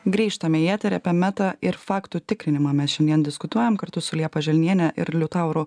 grįžtame į eterį apie meta ir faktų tikrinimą mes šiandien diskutuojam kartu su liepa želniene ir liutauru